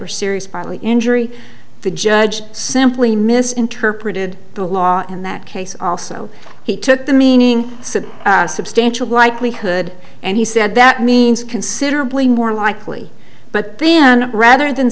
or serious bodily injury the judge simply misinterpreted the law in that case also he took the meaning said a substantial likelihood and he said that means considerably more likely but then rather than